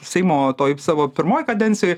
seimo toj savo pirmoj kadencijoj